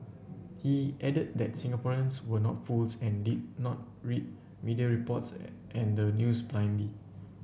he added that Singaporeans were not fools and did not read media reports and the news blindly